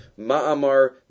Ma'amar